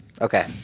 Okay